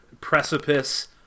precipice